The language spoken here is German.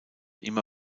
immer